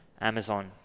Amazon